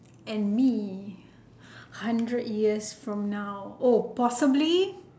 and me hundred years from now oh possibly